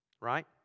Right